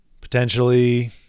Potentially